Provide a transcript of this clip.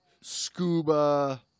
scuba